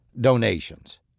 donations